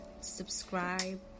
subscribe